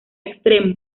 extremo